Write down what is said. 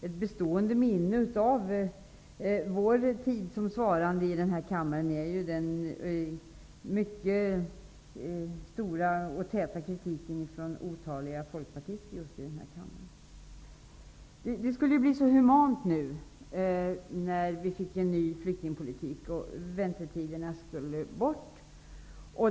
Ett bestående minne från vår tid som svarande i denna kammare är den mycket omfattande och frekventa kritiken som framfördes från otaliga folkpartister. Det skulle bli så humant när vi fick en ny flyktingpolitik. Väntetiderna skulle bort.